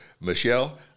Michelle